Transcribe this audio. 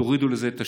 תורידו מזה את השליש,